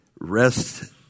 rest